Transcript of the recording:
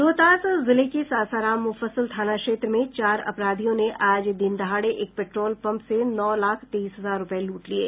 रोहतास जिले के सासाराम मुफस्सिल थाना क्षेत्र में चार अपराधियों ने आज दिन दहाड़े एक पेट्रोल पंप से नौ लाख तेईस हजार रूपये लूट लिये